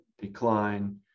decline